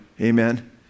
amen